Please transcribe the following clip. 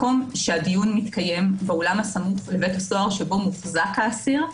מקום שהדיון מתקיים באולם הסמוך לבית הסוהר שבו מוחזק האסיר,